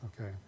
okay